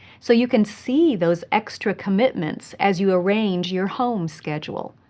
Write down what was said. so you can see those extra commitments as you arrange your home schedule.